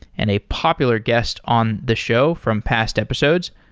and a popular guest on the show from past episodes.